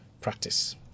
practice